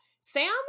Sam